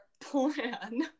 plan